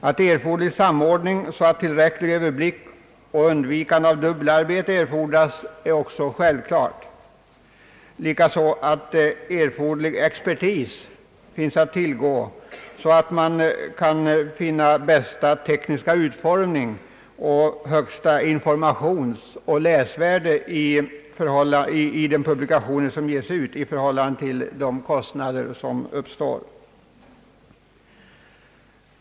Att önskvärd samordning för tillfredsställande överblick och undvikande av dubbelarbete erfordras är också självklart, likaså att behövlig expertis finns att tillgå så att man kan finna den bästa tekniska utformningen och det högsta informationsoch läsvärdet å utgivna publikationer till de lägsta kostnaderna.